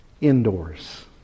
indoors